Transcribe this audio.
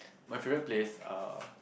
my favourite place uh